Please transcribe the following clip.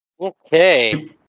Okay